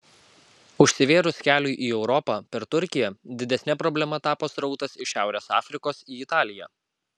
užsivėrus keliui į europą per turkiją didesne problema tapo srautas iš šiaurės afrikos į italiją